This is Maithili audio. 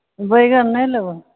बैगन नहि लेबै